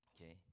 Okay